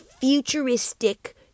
futuristic